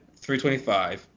325